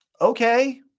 Okay